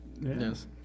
yes